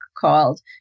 called